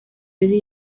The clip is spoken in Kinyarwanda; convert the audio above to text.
yari